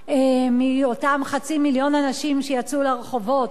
מאותם חצי מיליון אנשים שיצאו לרחובות.